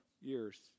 years